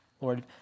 Lord